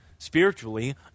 spiritually